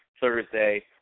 Thursday